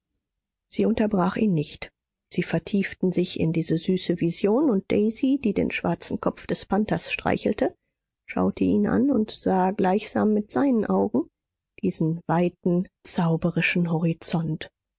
sie unterbrachen ihn nicht sie vertieften sich in diese süße vision und daisy die den schwarzen kopf des panthers streichelte schaute ihn an und sah gleichsam mit seinen augen diesen weiten zauberischen horizont